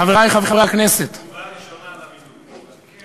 חברי חברי הכנסת, תגובה ראשונה למינוי.